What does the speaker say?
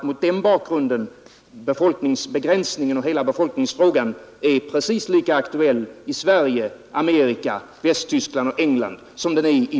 Mot denna bakgrund är befolkningsbegränsningen och hela befolkningsfrågan precis lika aktuell i Sverige, Amerika, Västtyskland och England som den är i Indien.